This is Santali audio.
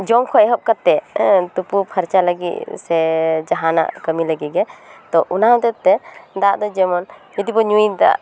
ᱡᱚᱢ ᱠᱷᱚᱱ ᱮᱦᱚᱵ ᱠᱟᱛᱮ ᱦᱮᱸ ᱛᱩᱯᱩ ᱯᱷᱟᱨᱪᱟ ᱞᱟᱹᱜᱤᱫ ᱥᱮ ᱡᱟᱦᱟᱱᱟᱜ ᱠᱟᱹᱢᱤ ᱞᱟᱹᱜᱤᱫ ᱜᱮ ᱛᱚ ᱚᱱᱟ ᱦᱚᱛᱮᱫ ᱛᱮ ᱫᱟᱜ ᱡᱮᱢᱚᱱ ᱡᱩᱫᱤ ᱵᱚ ᱧᱩᱭᱮᱫᱟ